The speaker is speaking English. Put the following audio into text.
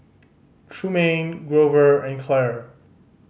Trumaine Grover and Clair